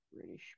British